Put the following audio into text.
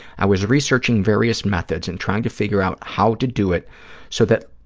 i was researching various methods and trying to figure out how to do it so that